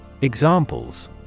Examples